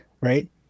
right